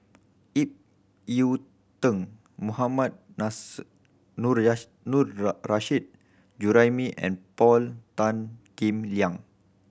Ip Yiu Tung Mohammad Nars Juraimi and Paul Tan Kim Liang